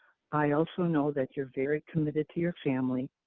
i also know that you're very committed to your family,